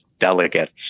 delegates